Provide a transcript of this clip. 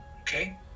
okay